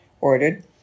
ordered